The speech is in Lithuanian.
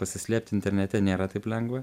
pasislėpti internete nėra taip lengva